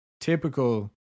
typical